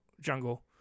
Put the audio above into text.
jungle